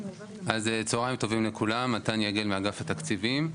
צוהריים טובים לכולם, אני מאגף התקציבים.